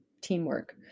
teamwork